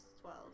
twelve